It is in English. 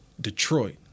Detroit